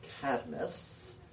Cadmus